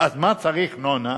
אז מה צריך, נונה?